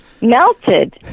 Melted